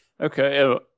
Okay